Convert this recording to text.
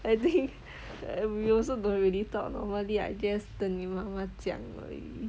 I think we also don't really talk normally I guess 等你妈妈讲而已